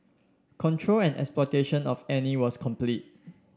control and exploitation of Annie was complete